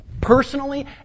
personally